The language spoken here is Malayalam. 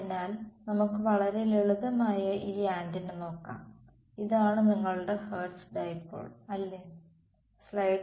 അതിനാൽ നമുക്ക് വളരെ ലളിതമായ ഈ ആന്റിന നോക്കാം ഇതാണ് നിങ്ങളുടെ ഹേർട്സ് ഡൈപോൾ അല്ലേ